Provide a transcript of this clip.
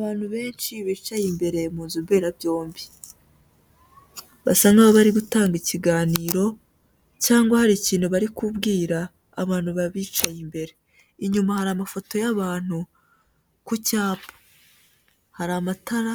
Abantu benshi bicaye imbere mu nzu mberabyombi, basa n'aho bari gutanga ikiganiro cyangwa hari ikintu bari kubwira abantu babicaye imbere, inyuma hari amafoto y'abantu ku cyapa, hari amatara